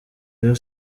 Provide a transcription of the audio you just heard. rayon